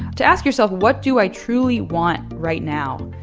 to ask yourself what do i truly want right now?